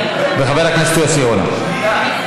טוב, אדוני היושב-ראש.